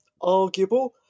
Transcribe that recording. arguable